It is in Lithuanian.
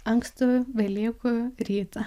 ankstų velykų rytą